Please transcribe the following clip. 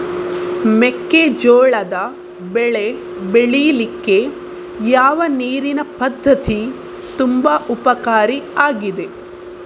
ಮೆಕ್ಕೆಜೋಳದ ಬೆಳೆ ಬೆಳೀಲಿಕ್ಕೆ ಯಾವ ನೀರಿನ ಪದ್ಧತಿ ತುಂಬಾ ಉಪಕಾರಿ ಆಗಿದೆ?